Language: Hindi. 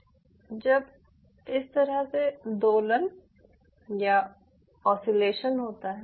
जहां इस तरह से दोलन यानि ओसीलेशन होता है